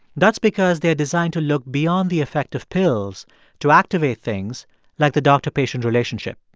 that's because they're designed to look beyond the effect of pills to activate things like the doctor-patient relationship